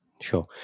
Sure